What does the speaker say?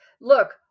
Look